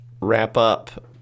wrap-up